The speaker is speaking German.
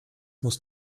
muss